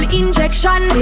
injection